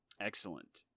Excellent